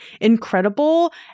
incredible